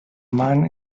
man